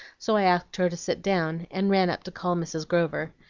so i asked her to sit down, and ran up to call mrs. grover.